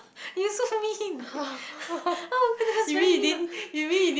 you so mean oh my goodness that's very mean